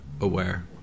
aware